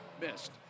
missed